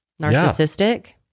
narcissistic